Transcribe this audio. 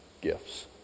gifts